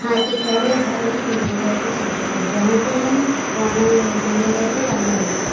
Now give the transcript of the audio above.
हाँ तो क्या हुआ एक बार हम घूमने गए थे चित्रकूट जहाँ पे हम वहाँ घूमने गए थे राम मंदिर पे